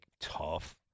tough